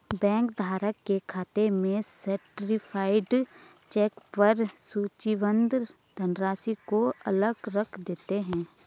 bank धारक के खाते में सर्टीफाइड चेक पर सूचीबद्ध धनराशि को अलग रख देते हैं